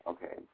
Okay